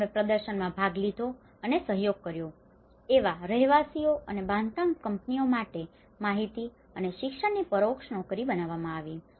અને જેમણે પ્રદર્શનમાં ભાગ લીધો છે અને સહયોગ કર્યો છે એવા રહેવાસીઓ અને બાંધકામ કંપનીઓ માટે માહિતી અને શિક્ષણની પરોક્ષ નોકરીઓ બનાવવામાં આવી